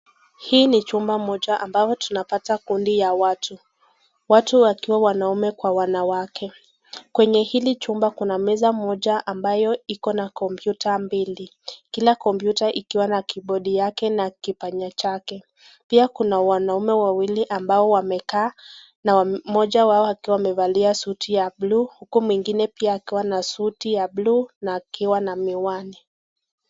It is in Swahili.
Hiki ni chumba moja ambayo tunapata kundi ya watu. Watu wakiwa wanaume kwa wanawake. Kwenye hili chumba kuna meza moja ambayo iko na kompyuta mbili. Kila kompyuta ikiwa na kibodi yake na kipanya chake. Pia kuna wanaume wawili ambao wamekaa na mmoja wao akiwa amevalia suti ya buluu. Huku mwingine pia akiwa na suti ya buluu naakiwa na miwani.